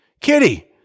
kitty